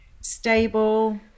stable